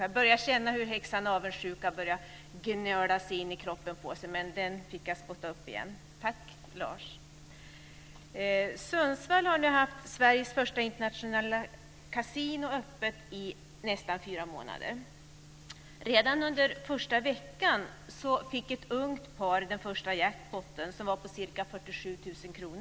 Jag började känna hur häxan avundsjuka slog klorna i mig, men jag blev befriad från henne. Tack, Lars! Sundsvall har nu haft Sveriges första internationella kasino öppet i nästan fyra månader. Redan under första veckan fick ett ungt par den första jackpotten, som gav ca 47 000 kr.